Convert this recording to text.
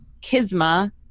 Kisma